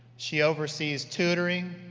she oversees tutoring,